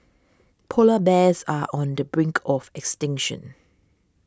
Polar Bears are on the brink of extinction